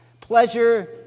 Pleasure